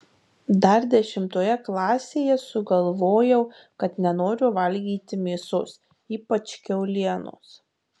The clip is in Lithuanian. dar dešimtoje klasėje sugalvojau kad nenoriu valgyti mėsos ypač kiaulienos